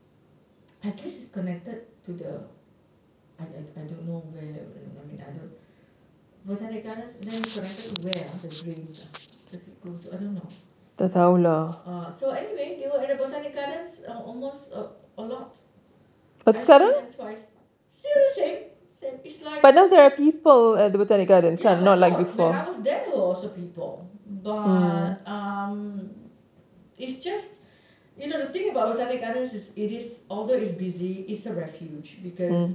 I guess is connected to the I I don't I don't know where I mean I don't botanic gardens then connected to where ah the drains ah does it go to I don't know uh so anyways they were at the botanic gardens almost a lot I see them twice still the same ya but no when I was there there were also people but uh it's just you know the thing about botanic gardens is that although it is busy it's a refuge because